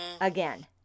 again